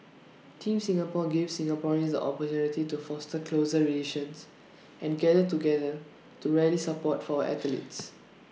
Team Singapore gives Singaporeans the opportunity to foster closer relations and gather together to rally support for our athletes